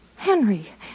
Henry